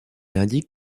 indique